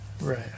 Right